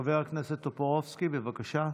חבר הכנסת טופורובסקי, בבקשה.